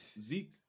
Zeke